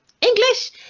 English